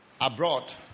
abroad